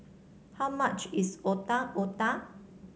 how much is Otak Otak